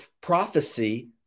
prophecy